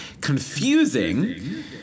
confusing